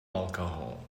alcohol